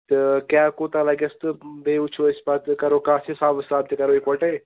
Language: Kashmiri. تہٕ کیٛاہ کوٗتاہ لگٮ۪س تہٕ بیٚیہِ وُچھو أسۍ پَتہٕ کَرو کَتھ حِساب وِساب تہِ کَرو اِکوَٹَے